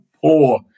poor